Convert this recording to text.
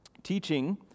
Teaching